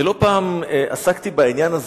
ולא פעם עסקתי בעניין הזה,